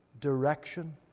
direction